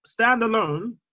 Standalone